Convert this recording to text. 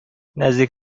نزدیک